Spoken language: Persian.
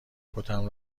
کتم